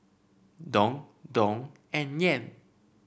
Dong Dong and Yen